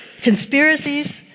conspiracies